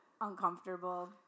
uncomfortable